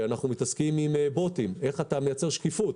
אנחנו מתעסקים עם בוטים איך אתה מייצר שקיפות.